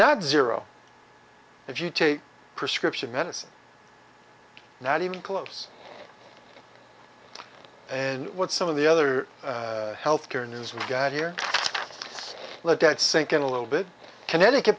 not zero if you take prescription medicine not even close and what some of the other health care news we've got here let that sink in a little bit connecticut